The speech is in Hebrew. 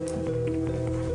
(הקרנת סרטון)